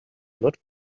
not